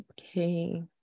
Okay